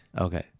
Okay